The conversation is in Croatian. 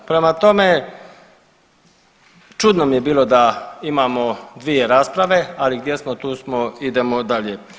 Prema tome, čudno mi je bilo da imamo dvije rasprave, ali gdje smo tu smo idemo dalje.